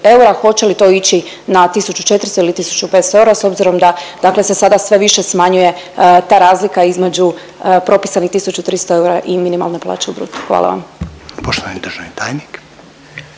hoće li to ići na 1400 ili 1500 eura s obzirom da dakle se sada sve više smanjuje ta razlika između propisanih 1300 eura i minimalne plaće u brutu? Hvala vam.